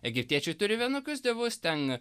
egiptiečiai turi vienokius dievus ten